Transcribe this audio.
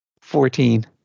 Fourteen